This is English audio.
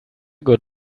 good